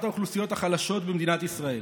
אחת האוכלוסיות החלשות במדינת ישראל.